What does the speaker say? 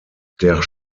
der